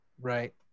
right